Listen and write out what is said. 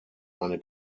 eine